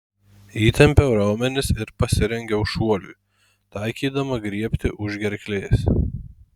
įtempiau raumenis ir pasirengiau šuoliui taikydama griebti už gerklės